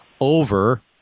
over